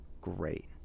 great